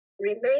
remain